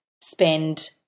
spend